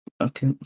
Okay